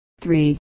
three